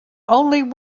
only